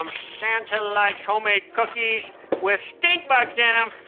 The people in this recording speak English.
um santa likes homemade cookies with stink bugs in um